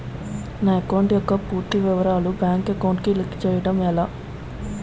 నా అకౌంట్ యెక్క పూర్తి వివరాలు బ్యాంక్ అకౌంట్ కి లింక్ చేయడం ఎలా?